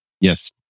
Yes